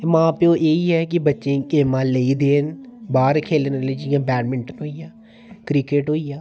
मां प्योऽ गी एह् ऐ की बच्चें गी गेमां लेइयै देन बाहर खेल्लने ई जियां बैड़मिंटन होइया क्रिकेट होइया